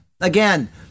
Again